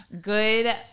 good